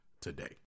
today